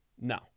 No